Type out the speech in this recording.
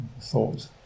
thoughts